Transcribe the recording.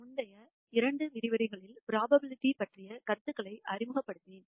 முந்தைய இரண்டு விரிவுரைகளில் புரோபாபிலிடி பற்றிய கருத்துக்களை அறிமுகப்படுத்தினேன்